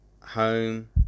home